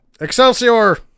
Excelsior